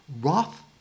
Roth